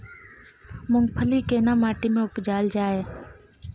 मूंगफली केना माटी में उपजायल जाय?